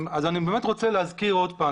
אני באמת רוצה להזכיר עוד פעם,